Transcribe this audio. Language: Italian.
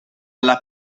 alla